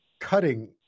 cutting